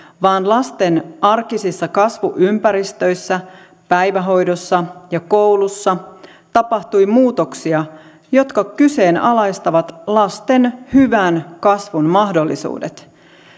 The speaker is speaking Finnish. vaan lasten arkisissa kasvuympäristöissä päivähoidossa ja koulussa tapahtui muutoksia jotka kyseenalaistavat lasten hyvän kasvun mahdollisuudet